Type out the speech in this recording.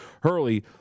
Hurley